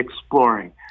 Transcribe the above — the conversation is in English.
exploring